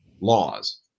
laws